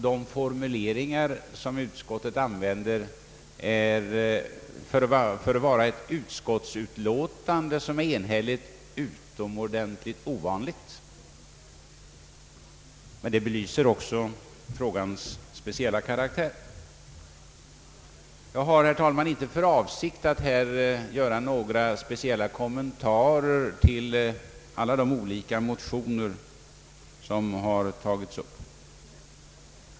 De formuleringar som utskottet använder är för att vara ett enhälligt utskottsutlåtande utomordentligt ovanliga. Detta belyser också frågans speciella karaktär. Jag har, herr talman, inte för avsikt att här göra några speciella kommentarer till alla de olika motionerna.